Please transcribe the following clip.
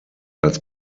als